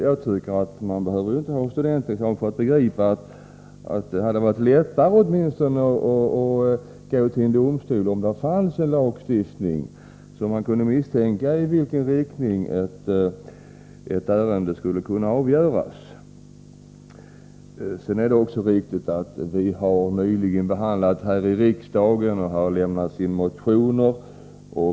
Jag tycker inte att man behöver ha studentexamen för att begripa att det hade varit lättare att gå till en domstol, om det hade funnits en lagstiftning så att man kunde ana vilken inriktning ett avgörande kunde få. Det är riktigt att frågan nyligen behandlats i riksdagen och att det har lämnats in motioner.